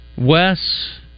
Wes